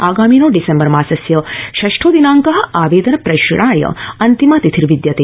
आगामिनो December मासस्य षष्ठो दिनांकः आवेदन प्रेषणाय अन्तिमा तिथिर्विद्यते